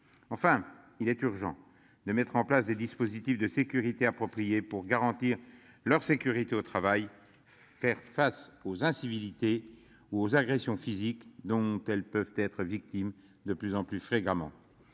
Enfin, il est urgent de mettre en place des dispositifs de sécurité appropriées pour garantir leur sécurité au travail. Faire face aux incivilités ou aux agressions physiques dont elles peuvent être victimes de plus en plus fréquemment.